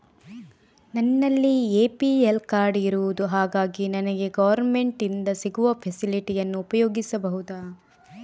ನನ್ನಲ್ಲಿ APL card ಇರುದು ಹಾಗಾಗಿ ನನಗೆ ಗವರ್ನಮೆಂಟ್ ಇಂದ ಸಿಗುವ ಫೆಸಿಲಿಟಿ ಅನ್ನು ಉಪಯೋಗಿಸಬಹುದಾ?